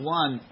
one